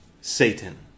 Satan